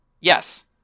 Yes